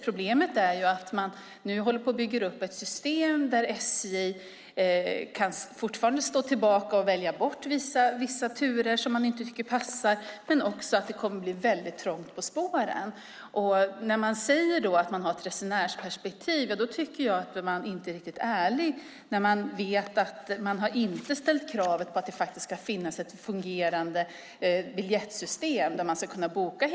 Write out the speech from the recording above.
Problemet är att man nu bygger upp ett system där SJ kan stå tillbaka och välja bort vissa turer som inte passar, och det kommer att bli trångt på spåren. När man säger att man har ett resenärsperspektiv är man inte riktigt ärlig när man vet att det inte har ställts krav på att det ska finnas ett fungerande biljettsystem där hela sträckan kan bokas.